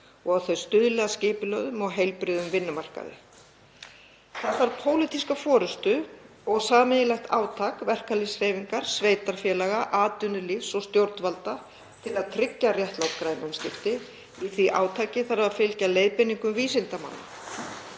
og að þau stuðli að skipulögðum og heilbrigðum vinnumarkaði. Það þarf pólitíska forystu og sameiginlegt átak verkalýðshreyfingar, sveitarfélaga, atvinnulífs og stjórnvalda til að tryggja réttlát græn umskipti. Í því átaki þarf að fylgja leiðbeiningum vísindamanna.